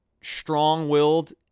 strong-willed